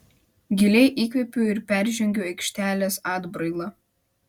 giliai įkvepiu ir peržengiu aikštelės atbrailą